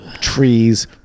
trees